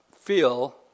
feel